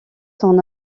son